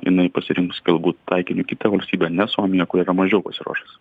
jinai pasirinks galbūt taikiniu kitą valstybę ne suomiją kuri yra mažiau pasiruošus